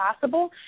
possible